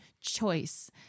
choice